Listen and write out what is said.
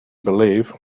believe